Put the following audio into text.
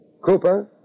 Cooper